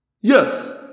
Yes